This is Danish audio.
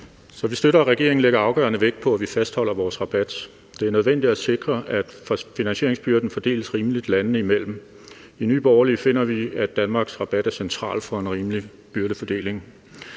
vi støtter, at regeringen lægger afgørende vægt på, at vi fastholder vores rabat. Det er nødvendigt at sikre, at finansieringsbyrden fordeles rimeligt landene imellem. I Nye Borgerlige finder vi, at Danmarks rabat er central for en rimelig byrdefordeling.